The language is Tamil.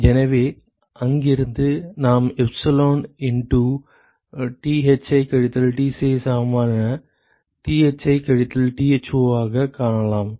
எனவே இங்கிருந்து நாம் எப்சிலான் இண்டு Thi கழித்தல் Tci சமமான Thi கழித்தல் Tho ஆகக் காணலாம்